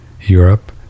Europe